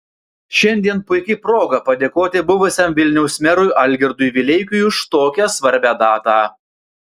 šiandien puiki proga padėkoti buvusiam vilniaus merui algirdui vileikiui už tokią svarbią datą